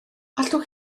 allwch